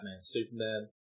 Superman